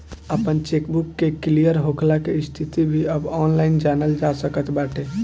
आपन चेकबुक के क्लियर होखला के स्थिति भी अब ऑनलाइन जनल जा सकत बाटे